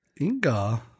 Inga